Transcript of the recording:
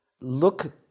Look